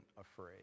afraid